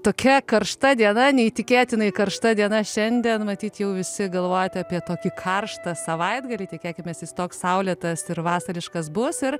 tokia karšta diena neįtikėtinai karšta diena šiandien matyt jau visi galvojate apie tokį karštą savaitgalį tikėkimės jis toks saulėtas ir vasariškas bus ir